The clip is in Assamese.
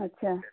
আচ্ছা